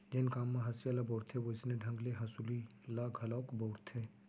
जेन काम म हँसिया ल बउरथे वोइसने ढंग ले हँसुली ल घलोक बउरथें